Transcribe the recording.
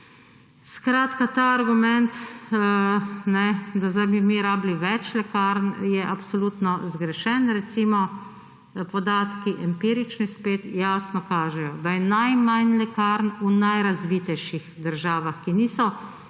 Skratka, ta argument, da bi zdaj mi potrebovali več lekarn, je absolutno zgrešen. Recimo spet empirični podatki jasno kažejo, da je najmanj lekarn v najrazvitejših državah, ki niso